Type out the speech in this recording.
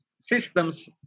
Systems